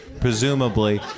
presumably